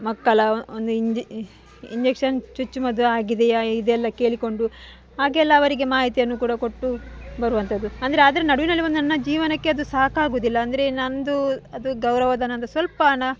ಮಕ್ಕಳ ಒಂದು ಇಂಜಿ ಇಂಜೆಕ್ಷನ್ ಚುಚ್ಚುಮದ್ದು ಆಗಿದೆಯಾ ಇದೆಲ್ಲ ಕೇಳಿಕೊಂಡು ಹಾಗೆಲ್ಲ ಅವರಿಗೆ ಮಾಹಿತಿಯನ್ನು ಕೂಡ ಕೊಟ್ಟು ಬರುವಂಥದ್ದು ಅಂದರೆ ಅದರ ನಡುವಿನಲ್ಲಿ ನನ್ನ ಜೀವನಕ್ಕೆ ಅದು ಸಾಕಾಗುವುದಿಲ್ಲ ಅಂದರೆ ನನ್ನದು ಅದು ಗೌರವ ಧನ ಅಂದರೆ ಸ್ವಲ್ಪ ಹನ